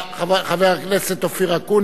חבר הכנסת אופיר אקוניס,